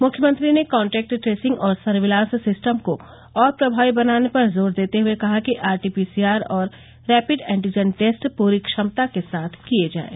मुख्यमंत्री ने contact tracing और सर्विलांस सिस्टम को और प्रभावी बनाने पर जोर देते हुए कहा कि आरटीपीसीआर और रैपिड एंटीजन टेस्ट पूरी क्षमता के साथ किये जायें